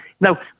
Now